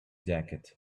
jacket